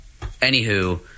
anywho